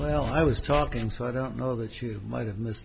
well i was talking so i don't know that you might have missed